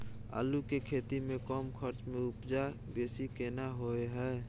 आलू के खेती में कम खर्च में उपजा बेसी केना होय है?